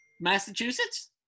Massachusetts